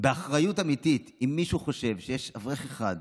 באחריות אמיתית: אם מישהו חושב שיש אברך אחד,